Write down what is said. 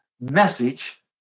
message